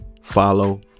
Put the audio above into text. follow